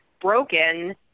broken